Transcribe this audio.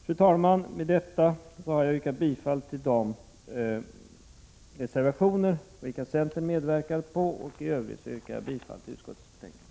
Fru talman! Med detta har jag yrkat bifall till de reservationer vilka centern har medverkat till. I övrigt yrkar jag bifall till utskottets hemställan.